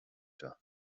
seo